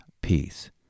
peace